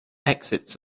exits